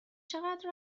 چقدر